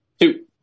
Two